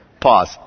Pause